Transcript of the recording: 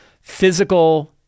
physical